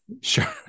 Sure